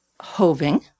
Hoving